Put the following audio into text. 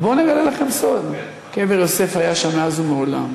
אבל בואו נגלה לכם סוד: קבר יוסף היה שם מאז ומעולם,